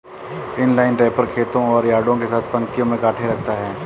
inline wrapper खेतों और यार्डों के साथ पंक्तियों में गांठें रखता है